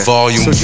Volume